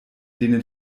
denen